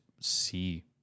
see